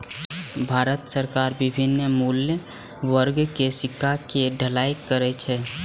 भारत सरकार विभिन्न मूल्य वर्ग के सिक्का के ढलाइ करै छै